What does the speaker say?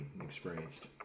experienced